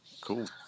cool